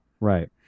Right